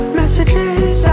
messages